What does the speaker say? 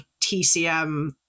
TCM